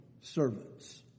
servants